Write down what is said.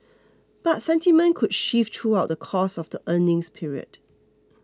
but sentiment could shift throughout the course of the earnings period